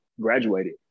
graduated